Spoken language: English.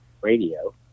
radio